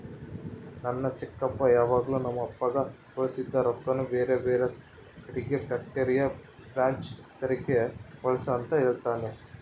ನನ್ನ ಚಿಕ್ಕಪ್ಪ ಯಾವಾಗಲು ನಮ್ಮಪ್ಪಗ ಉಳಿಸಿದ ರೊಕ್ಕನ ಬೇರೆಬೇರೆ ಕಡಿಗೆ ಫ್ಯಾಕ್ಟರಿಯ ಬ್ರಾಂಚ್ ತೆರೆಕ ಬಳಸು ಅಂತ ಹೇಳ್ತಾನಾ